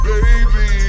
Baby